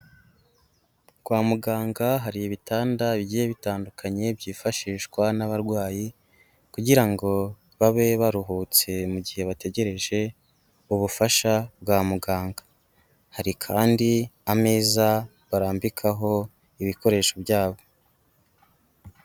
Kwa muganga hari ibitanda bigiye bitandukanye byifashishwa n'abarwayi kugira ngo babe baruhutse mu gihe bategereje ubufasha bwa muganga, hari kandi ameza barambikaho ibikoresho byabo.